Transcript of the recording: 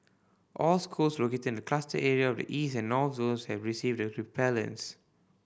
all schools located in the cluster area and the East and North zones have received the repellents